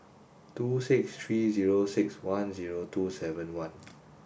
two six three zero six one two seven one